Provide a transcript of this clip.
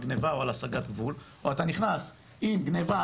גניבה או על הסגת גבול או אתה נכנס עם גניבה,